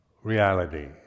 reality